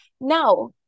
now